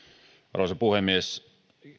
arvoisa puhemies